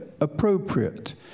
appropriate